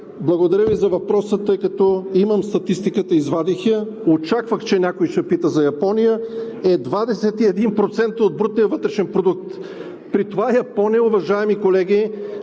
Благодаря Ви за въпроса, тъй като имам статистиката, извадих я, очаквах, че някой ще пита за Япония – 21% от брутния вътрешен продукт. При това Япония, уважаеми колеги,